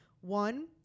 One